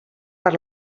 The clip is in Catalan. per